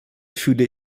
fühle